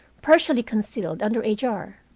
partially concealed under a jar.